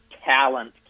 talent